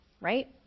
right